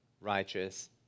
righteous